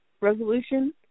resolution